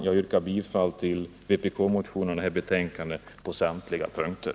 Jag yrkar bifall till vpk-motionerna 605 och 792 på samtliga punkter.